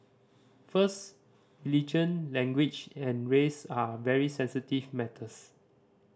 first religion language and race are very sensitive matters